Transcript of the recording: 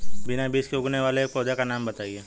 बिना बीज के उगने वाले एक पौधे का नाम बताइए